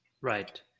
Right